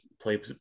play